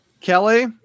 Kelly